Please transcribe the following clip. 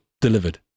delivered